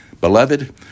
Beloved